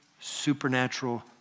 supernatural